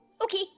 Okay